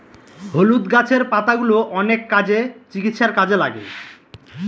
হলুদ গাছের পাতাগুলো অনেক কাজে, চিকিৎসার কাজে লাগে